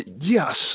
Yes